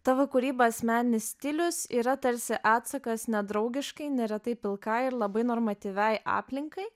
tavo kūryba asmeninis stilius yra tarsi atsakas nedraugiškai neretai pilkai ir labai normatyviai aplinkai